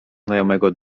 znajomego